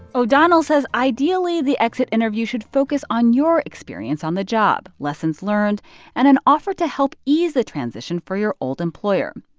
o'donnell says ideally, the exit interview should focus on your experience on the job, lessons learned and an offer to help ease the transition for your old employer.